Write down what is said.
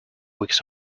weeks